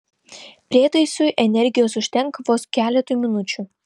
prietaisui energijos užtenka vos keletui minučių